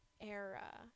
era